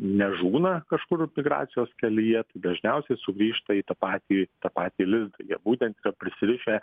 nežūna kažkur migracijos kelyje tai dažniausiai sugrįžta į tą patį tą patį lizdą jie būtent prisirišę